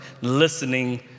listening